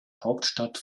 hauptstadt